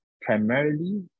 primarily